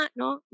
no